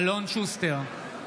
אינו נוכח קטי קטרין שטרית,